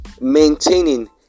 maintaining